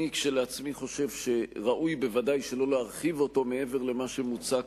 אני כשלעצמי חושב שראוי בוודאי שלא להרחיב אותו מעבר למה שמוצע כאן,